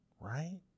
right